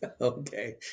Okay